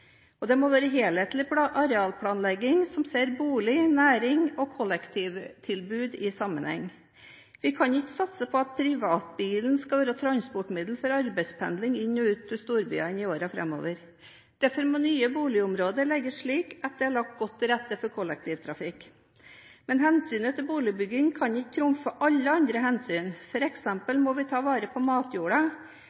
Det må være helhetlig arealplanlegging, som ser bolig, næring og kollektivtilbud i sammenheng. Vi kan ikke satse på at privatbilen skal være transportmiddelet for arbeidspendling inn og ut av storbyene i årene framover. Derfor må nye boligområder legges slik at det er lagt godt til rette for kollektivtrafikk. Men hensynet til boligbygging kan ikke trumfe alle andre hensyn.